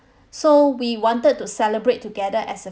so we wanted to celebrate together as a